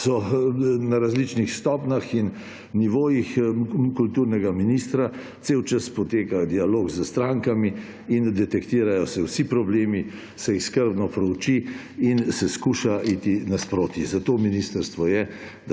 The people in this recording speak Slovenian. na različnih stopnjah in nivojih kulturnega ministra cel čas poteka dialog s strankami in detektirajo se vsi problemi, se jih skrbno preuči in se skuša iti nasproti. Zato ministrstvo je,